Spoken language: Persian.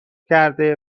کرده